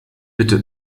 bitte